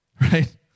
right